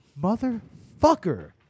motherfucker